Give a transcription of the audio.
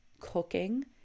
cooking